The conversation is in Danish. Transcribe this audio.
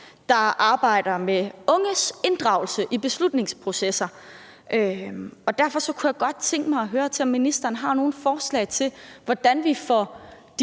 der arbejder med unges inddragelse i beslutningsprocesser, og derfor kunne jeg godt tænke mig at høre, om ministeren har nogle forslag til, hvordan vi får